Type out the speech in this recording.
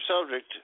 subject